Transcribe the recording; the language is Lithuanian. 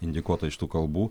indikuota iš tų kalbų